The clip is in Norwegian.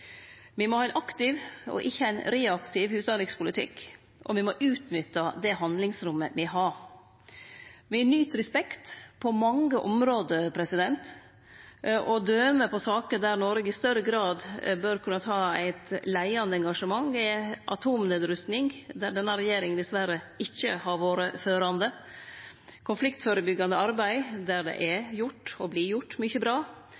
Me må ha ein aktiv og ikkje ein reaktiv utanrikspolitikk, og me må utnytte det handlingsrommet me har. Me nyt respekt på mange område. Døme på saker der Noreg i større grad bør kunne ta eit leiande engasjement, er atomnedrusting, der denne regjeringa dessverre ikkje har vore førande, konfliktførebyggjande arbeid, der det er gjort og vert gjort mykje bra,